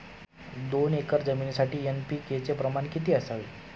दोन एकर जमीनीसाठी एन.पी.के चे प्रमाण किती असावे?